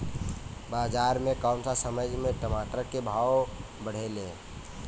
बाजार मे कौना समय मे टमाटर के भाव बढ़ेले?